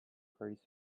pretty